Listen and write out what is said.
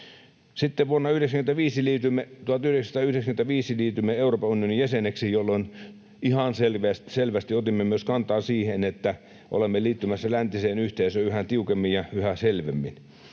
Sitten vuonna 1995 liityimme Euroopan unionin jäseneksi, jolloin ihan selvästi otimme kantaa myös siihen, että olemme liittymässä läntiseen yhteisöön yhä tiukemmin ja yhä selvemmin.